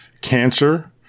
cancer